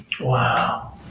Wow